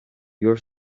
your